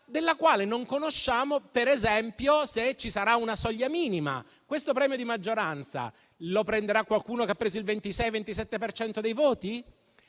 della quale non conosciamo, per esempio, se avrà una soglia minima. Il premio di maggioranza lo prenderà qualcuno che ha preso il 26-27 per cento